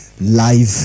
live